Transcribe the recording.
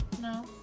No